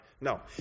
No